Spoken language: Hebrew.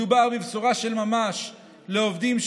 מדובר בבשורה של ממש לעובדים,